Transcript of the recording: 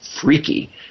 freaky